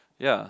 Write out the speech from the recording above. ya